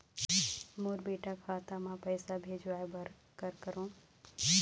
मोर बेटा खाता मा पैसा भेजवाए बर कर करों?